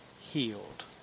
healed